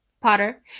Potter